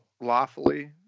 lawfully